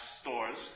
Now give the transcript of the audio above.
stores